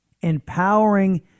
Empowering